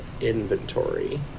inventory